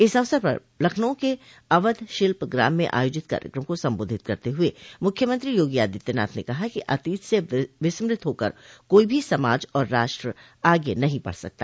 इस अवसर पर लखनऊ के अवध शिल्पग्राम में आयोजित कार्यक्रम को संबोधित करते हुए मुख्यमंत्री योगी आदित्यनाथ ने कहा कि अतीत से विस्मृत होकर कोई भी समाज और राष्ट्र आगे नहीं बढ़ सकता